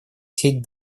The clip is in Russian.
сеть